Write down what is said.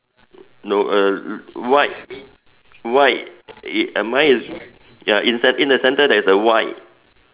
no uh white white uh mine is ya in the center there is a white